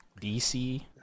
DC